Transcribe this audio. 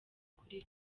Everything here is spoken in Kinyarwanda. kuri